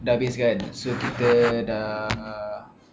dah habis kan so kita dah